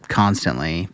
constantly